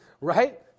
right